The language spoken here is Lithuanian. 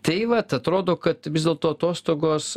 tai vat atrodo kad vis dėlto atostogos